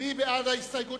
מי בעד?